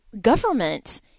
government